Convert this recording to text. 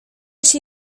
się